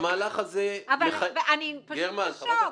והמהלך הזה --- אבל אני פשוט בשוק.